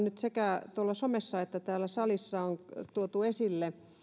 nyt sekä tuolla somessa että täällä salissa on tuotu esille